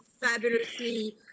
fabulously